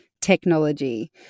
technology